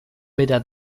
bera